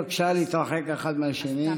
בבקשה להתרחק האחד מהשני.